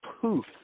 poof